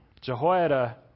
Jehoiada